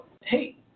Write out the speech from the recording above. hey